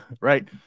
right